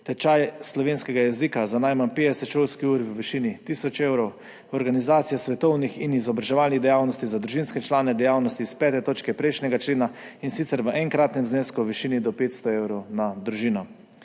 tečaj slovenskega jezika za najmanj 50 šolskih ur v višini tisoč evrov, organizacije svetovnih in izobraževalnih dejavnosti za družinske člane, dejavnosti s pete točke prejšnjega člena, in sicer v enkratnem znesku v višini do 500 evrov na družino.